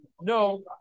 No